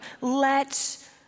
Let